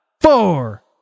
Four